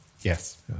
Yes